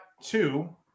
two